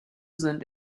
sind